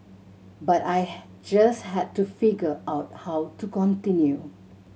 but I just had to figure out how to continue